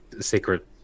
secret